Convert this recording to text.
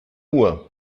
uhr